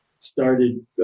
started